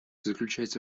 заключается